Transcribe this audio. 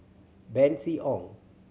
Bernice Ong